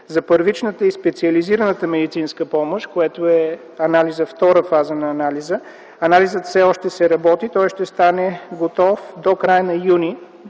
За първичната и специализираната медицинска помощ, която е втора фаза на анализа, анализът все още се работи. Той ще стане готов до края на м.